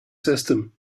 system